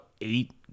eight